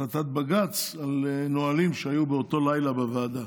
החלטת בג"ץ על נהלים שהיו באותו לילה בוועדה.